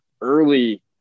early